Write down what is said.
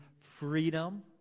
freedom